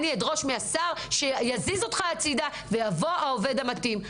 אני אדרוש מהשר שיזיז אותך הצידה ויבוא העובד המתאים.